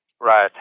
Right